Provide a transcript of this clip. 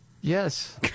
Yes